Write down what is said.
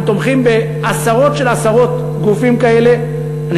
אנחנו תומכים בעשרות על עשרות גופים כאלה,